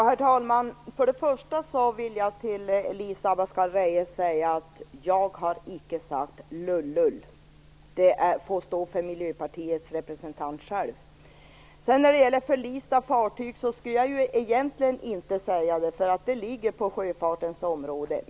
Herr talman! För det första vill jag till Elisa Abascal Reyes säga att jag icke har sagt "lullull". Det får stå för Miljöpartiets representant. När det sedan gäller förlista fartyg skall jag egentligen inte uttala mig, för det tillhör sjöfartens område.